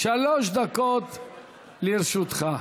שלוש דקות לרשותך.